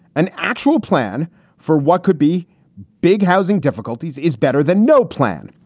an actual plan for what could be big housing difficulties is better than no plan.